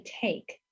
take